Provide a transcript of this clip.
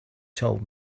told